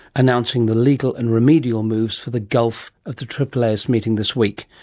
announcing the legal and remedial moves for the gulf at the aaas meeting this week.